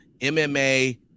MMA